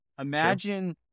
Imagine